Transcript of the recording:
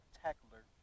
tackler